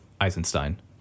eisenstein